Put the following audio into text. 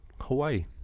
Hawaii